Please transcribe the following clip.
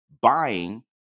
buying